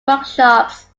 workshops